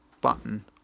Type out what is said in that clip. button